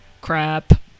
Crap